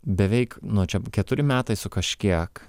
beveik nuo čia keturi metai su kažkiek